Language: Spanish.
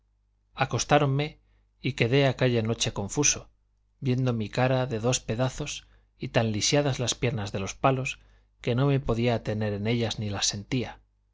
acostáronme y quedé aquella noche confuso viendo mi cara de dos pedazos y tan lisiadas las piernas de los palos que no me podía tener en ellas ni las sentía